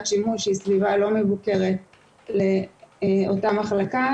שימוש שהיא סביבה לא מבוקרת לאותה מחלקה,